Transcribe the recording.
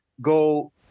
go